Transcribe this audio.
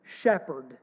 shepherd